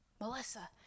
Melissa